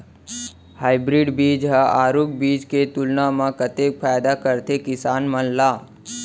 Hybrid बीज हा आरूग बीज के तुलना मा कतेक फायदा कराथे किसान मन ला?